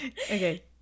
Okay